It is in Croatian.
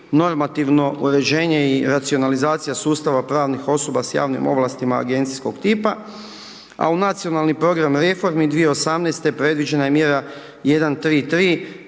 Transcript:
Normativno uređenje i racionalizacija sustava pravnih osoba s javnim ovlastima agencijskog tipa, a u nacionalni program reformi 2018. predviđena je mjera 133.